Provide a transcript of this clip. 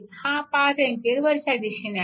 हा 5A वरच्या दिशेने आहे